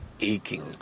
aching